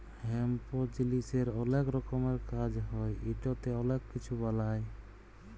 hemp জিলিসের অলেক রকমের কাজ হ্যয় ইটতে অলেক কিছু বালাই